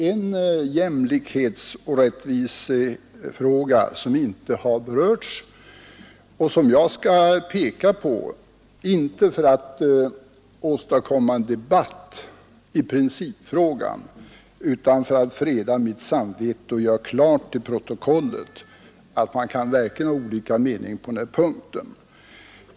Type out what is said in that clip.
En jämlikhetsoch rättvisefråga har dock inte berörts, och den skall jag peka på — inte för att åstadkomma en debatt i principfrågan utan för att freda mitt samvete och göra klart i protokollet att man verkligen kan ha olika meningar på denna punkt.